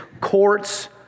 courts